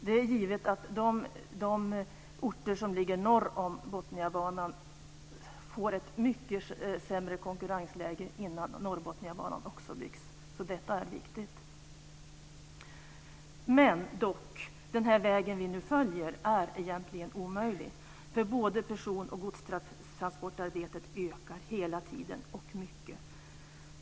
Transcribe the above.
Det är givet att de orter som ligger norr om Botniabanan får ett mycket sämre konkurrensläge innan också Norrbotniabanan blir färdigbyggd. Den väg som vi nu följer är dock egentligen omöjlig, för både gods och persontrafikarbetet ökar hela tiden mycket.